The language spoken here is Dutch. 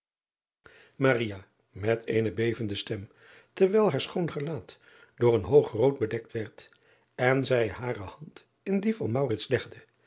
et eene bevende stem terwijl haar schoon gelaat door een koog rood bedekt werd en zij hare hand in die van legde